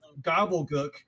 Gobblegook